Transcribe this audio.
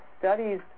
studies